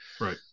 right